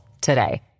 today